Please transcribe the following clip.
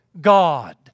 God